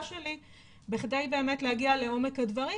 שלי בכדי באמת להגיע לעומק הדברים,